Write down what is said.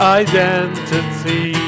identity